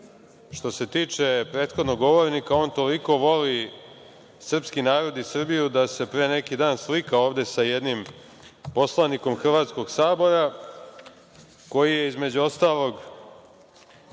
se tiče prethodnog govornika, on toliko voli srpski narod i Srbiju da se pre neki dan slikao ovde sa jednim poslanikom Hrvatskog sabora, koji je između ostalog